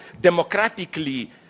democratically